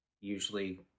usually